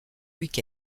week